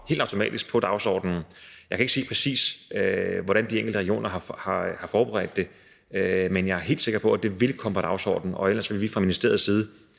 helt automatisk kommer på dagsordenen. Jeg kan ikke sige, præcis hvordan de enkelte regioner har forberedt det, men jeg er helt sikker på, at det vil komme på dagsordenen, og ellers vil vi fra ministeriets side